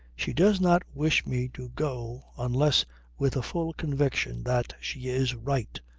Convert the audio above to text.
she does not wish me to go unless with a full conviction that she is right,